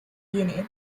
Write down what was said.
uni